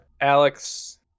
Alex